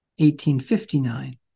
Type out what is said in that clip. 1859